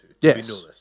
Yes